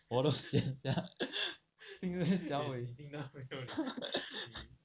我都 sian sia